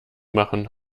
machen